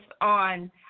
on